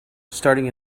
starting